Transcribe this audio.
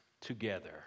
together